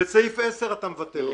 בסעיף 10 אתה מבטל אותם.